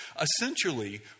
Essentially